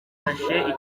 kafashe